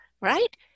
Right